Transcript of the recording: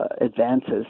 advances